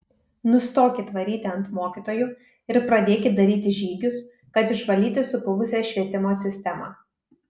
nustokit varyti ant mokytojų ir pradėkit daryti žygius kad išvalyti supuvusią švietimo sistemą